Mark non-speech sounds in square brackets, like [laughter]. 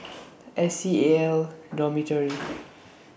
[noise] S C A L Dormitory